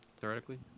theoretically